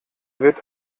wird